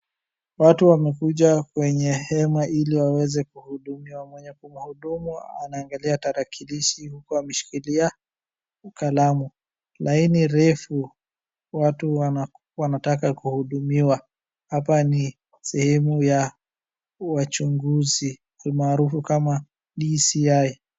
watu wamekuja kwa hema ili waweze kuhudumiwa mwenye kuhudumu anaangalia tarakilishi huku ameshikilia kalamu .Laini ndefu watu wanataka kuhudumiwa ,hapa ni sehemu ya uchunguzi almaarufu kama DCI